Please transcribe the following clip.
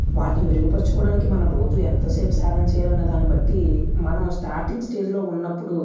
వాటి మెరుగుపరచుకోవడానికి మనం రోజు ఎంత సేపు సాధన చేయాలనే దాన్ని బట్టి మనం స్టార్టింగ్ స్టేజ్లో ఉన్నప్పుడు